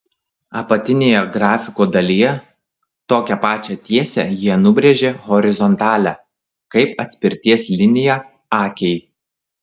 apatinėje grafiko dalyje tokią pačią tiesę jie nubrėžė horizontalią kaip atspirties liniją akiai